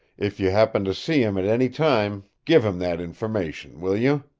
if you happen to see him at any time give him that information, will you?